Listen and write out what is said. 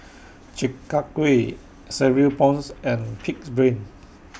Chi Kak Kuih Cereal Prawns and Pig'S Brain Soup